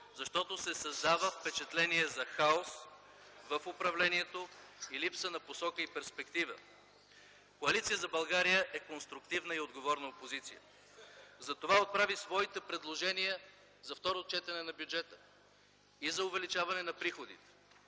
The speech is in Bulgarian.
защото се създава впечатление за хаос в управлението и липса на посока и перспектива. Коалиция за България е конструктивна и отговорна опозиция, затова отправи своите предложения за второ четене на бюджета – за увеличаване на приходите